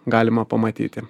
galima pamatyti